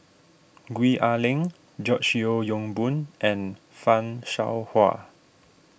Gwee Ah Leng George Yeo Yong Boon and Fan Shao Hua